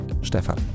Stefan